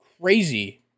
crazy